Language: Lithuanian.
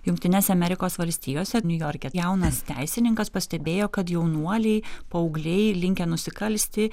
jungtinėse amerikos valstijose niujorke jaunas teisininkas pastebėjo kad jaunuoliai paaugliai linkę nusikalsti